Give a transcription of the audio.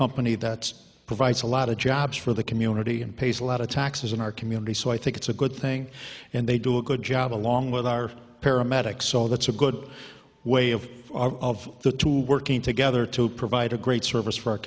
company that provides a lot of jobs for the community and pays a lot of taxes in our community so i think it's a good thing and they do a good job along with our paramedic so that's a good way of of the two working together to provide a great service for